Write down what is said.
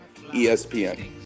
ESPN